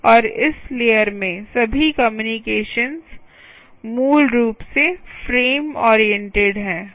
और इस लेयर में सभी कम्युनिकेशन्स मूल रूप से फ्रेम ओरिएंटेड हैं